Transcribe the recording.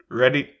ready